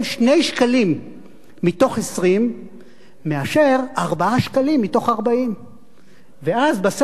2 שקלים מתוך 20 מאשר 4 שקלים מתוך 40. ואז בלית